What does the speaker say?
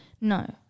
No